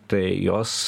tai jos